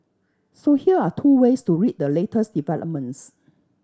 so here are two ways to read the latest developments